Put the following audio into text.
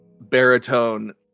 baritone